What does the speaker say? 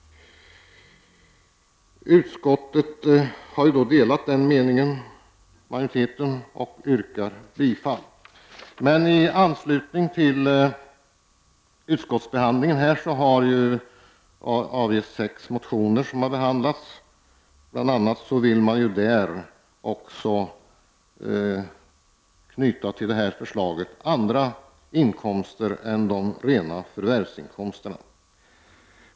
Utskottsmajoriteten har delat den meningen och biträder förslaget. Men utskottet har haft att behandla sex motioner, där man bl.a. till det här förslaget vill knyta även andra inkomster än rena löneinkomster.